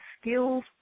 skills